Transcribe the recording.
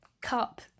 cup